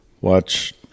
watch